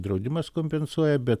draudimas kompensuoja bet